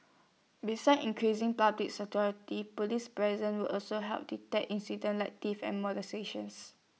besides increasing public security Police present will also help deter incidents like theft and molestations